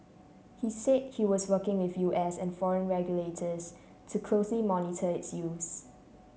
he said he was working with U S and foreign regulators to closely monitor its use